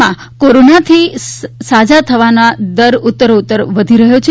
દેશમાં કોરોનાથી સાજા થવાના દરમાં ઉત્તરોત્તર વધારો થઈ રહ્યો છે